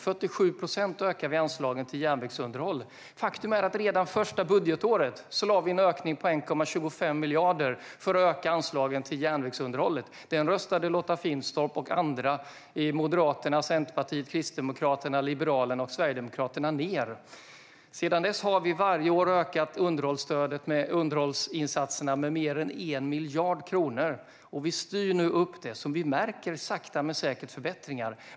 Vi ökar anslagen till järnvägsunderhåll med 47 procent. Faktum är att vi redan första budgetåret lade fram förslag på 1,25 miljarder för att öka anslagen till järnvägsunderhållet. Det förslaget röstade Lotta Finstorp och andra från Moderaterna, Centerpartiet, Kristdemokraterna, Liberalerna och Sverigedemokraterna ned. Sedan dess har vi varje år ökat stödet till underhållsinsatserna med mer än 1 miljard kronor. Vi styr nu upp underhållet, och vi märker sakta men säkert förbättringar.